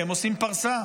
הם עושים פרסה.